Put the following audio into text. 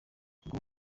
ubwo